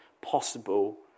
possible